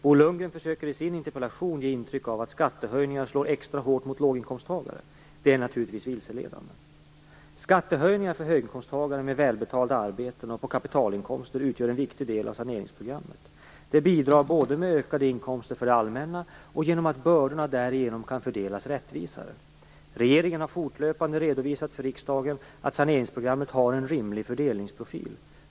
Bo Lundgren försöker i sin interpellation ge intryck av att skattehöjningar slår extra hårt mot låginkomsttagare. Det är naturligtvis vilseledande. Skattehöjningar för höginkomsttagare med välbetalda arbeten och på kapitalinkomster utgör en viktig del av saneringsprogrammet. De bidrar med ökade inkomster för det allmänna genom att bördorna därigenom kan fördelas rättvisare. Regeringen har fortlöpande redovisat för riksdagen att saneringsprogrammet har en rimlig fördelningsprofil.